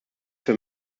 für